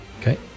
Okay